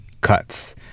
cuts